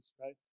right